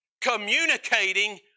communicating